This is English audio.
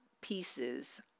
pieces